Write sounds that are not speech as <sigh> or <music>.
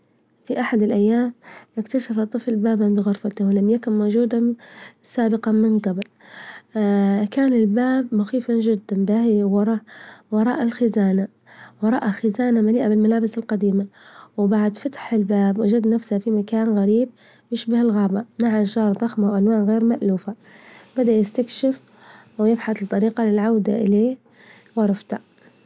في أحد الأيام اكتشف طفل بابا بغرفته، ولم يكن موجودا سابقا من قبل، <hesitation> كان الباب مخيفا جدا باهي وراء الخزانة- وراء خزانة مليئة بالملابس القديمة، وبعد فتح الباب وجد نفسه في مكان غريب يشبه الغابة، مع رجال ظخم وألوان مألوفة، بدأ يستكشف ويبحث بطريقة للعودة إلين غرفته.